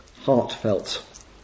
heartfelt